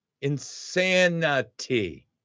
insanity